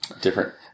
different